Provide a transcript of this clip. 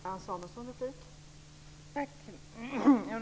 Fru talman!